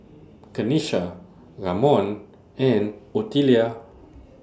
Kenisha Ramon and Otelia